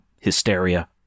hysteria